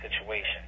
situation